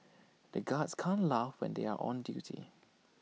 the guards can't laugh when they are on duty